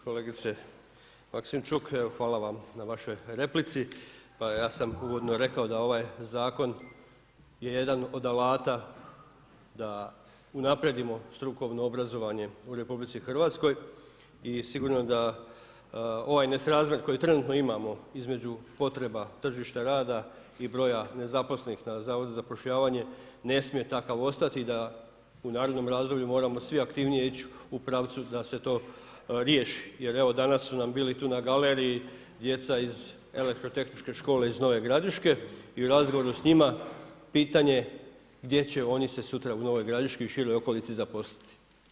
Kolegice Maksimčuk, hvala vam na vašoj replici, pa ja sam uvodno rekao da je ovaj zakon jedan od alata da unaprijedimo strukovno obrazovanje u RH i sigurno da ovaj nesrazmjer koji trenutno imamo između potreba tržišta rada i broj nezaposlenih na Zavodu za zapošljavanje, ne smije takav ostati i da u narednom razdoblju moramo svi aktivnije ići u pravcu da se to riješi jer evo danas su na bili tu na galeriji djeca iz Elektrotehničke škole iz Nove Gradiške i u razgovoru s njima, pitanje gdje će oni se sutra u Novoj Gradiški i široj okolici zaposliti.